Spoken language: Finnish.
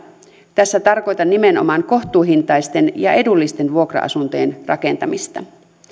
tässä tarkoitan nimenomaan kohtuuhintaisten ja edullisten vuokra asuntojen rakentamista